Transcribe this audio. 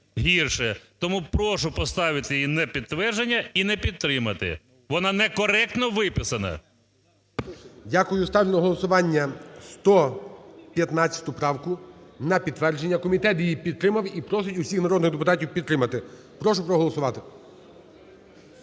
гірше. Тому прошу поставити її на підтвердження і не підтримати. Вона некоректно виписана. ГОЛОВУЮЧИЙ. Дякую. Ставлю на голосування 115 правку на підтвердження. Комітет її підтримав і просить всіх народних депутатів підтримати. Прошу проголосувати.